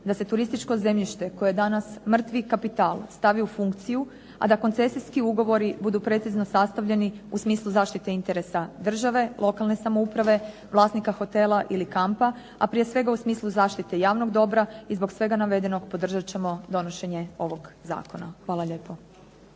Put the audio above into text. da se turističko zemljište koje je danas mrtvi kapital stavi u funkciju, a da koncesijski ugovori budu precizno sastavljeni u smislu zaštite interesa države, lokalne samouprave, vlasnika hotela ili kampa, a prije svega u smislu zaštite javnog dobra. I zbog svega navedenog podržat ćemo donošenje ovog zakona. Hvala lijepo.